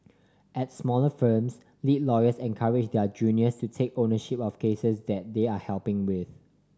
at smaller firms lead lawyers encourage their juniors to take ownership of cases that they are helping with